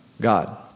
God